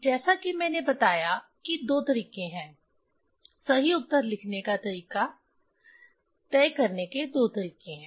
जैसा कि मैंने बताया कि दो तरीके हैं सही उत्तर लिखने का तरीका तय करने के दो तरीके हैं